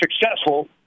successful